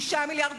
6 מיליארדים.